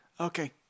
Okay